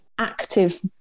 active